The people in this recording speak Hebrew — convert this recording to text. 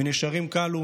"מנשרים קלו,